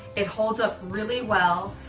it holds up really well.